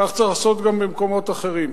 כך צריך לעשות גם במקומות אחרים.